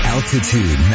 Altitude